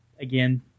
again